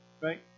right